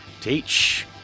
teach